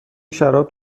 شراب